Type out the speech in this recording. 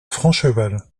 francheval